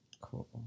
Cool